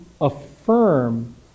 affirm